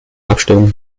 abstimmung